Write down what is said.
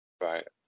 Right